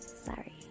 sorry